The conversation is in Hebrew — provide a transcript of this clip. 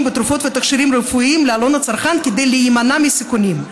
בתרופות ותכשירים רפואיים לעלון לצרכן כדי להימנע מסיכונים,